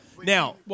Now